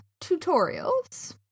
tutorials